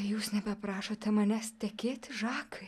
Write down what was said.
jūs nebeprašote manęs tekėti žakai